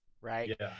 right